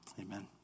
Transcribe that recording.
Amen